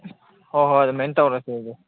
ꯍꯣꯏ ꯍꯣꯏ ꯑꯗꯨꯃꯥꯏ ꯇꯧꯔꯁꯦ